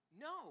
No